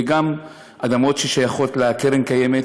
וגם אדמות ששייכות לקרן הקיימת